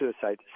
suicide